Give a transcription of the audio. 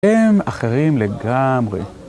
הם אחרים לגמרי.